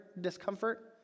discomfort